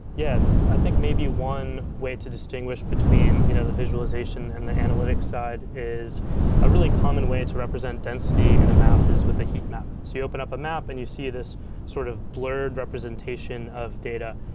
yeah. i think maybe one way to distinguish between you know the visualization and the analytics side is a really common way to represent density and a map is with a heatmap. so you open up a map and you see this sort of blurred representation of data,